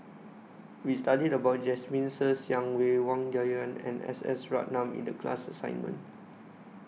We studied about Jasmine Ser Xiang Wei Wang Dayuan and S S Ratnam in The class assignment